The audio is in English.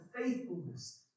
faithfulness